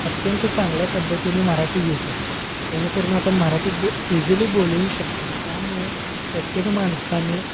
अत्यंत चांगल्या पद्धतीने मराठी येऊ शकते जेणेकरून आपण मराठी बो इझिली बोलूही शकतो त्यामुळे प्रत्येक माणसाने